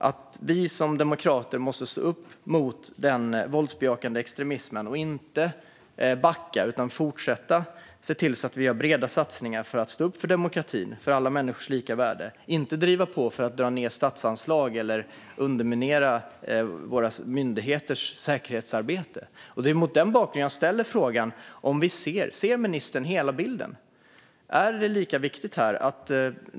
Vi måste som demokrater stå upp mot den våldsbejakande extremismen och inte backa utan fortsätta se till att vi gör breda satsningar för att stå upp för demokratin och alla människors lika värde. Vi ska inte driva på för att dra ned statsanslag eller underminera våra myndigheters säkerhetsarbete. Det är mot den bakgrunden jag ställer frågan. Ser ministern hela bilden? Är det lika viktigt?